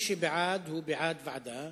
מי שבעד הוא בעד ועדה,